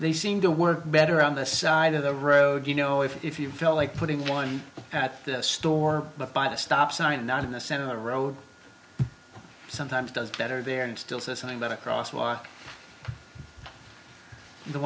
they seem to work better on the side of the road you know if you feel like putting one at the store but by a stop sign not in the center of the road sometimes does better there and still says something about a cross walk the